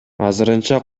азырынча